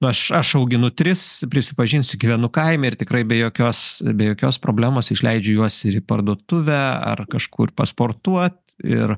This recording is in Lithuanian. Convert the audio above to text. aš aš auginu tris prisipažinsiu gyvenu kaime ir tikrai be jokios be jokios problemos išleidžiu juos ir į parduotuvę ar kažkur pasportuot ir